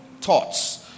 thoughts